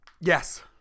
Yes